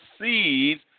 seeds